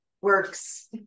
works